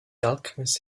alchemist